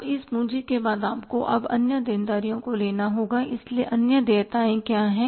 अब इस पूँजी के बाद आपको अब अन्य देनदारियों को लेना होगा इसलिए अन्य देयताएं क्या हैं